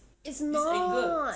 it's not